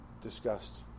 discussed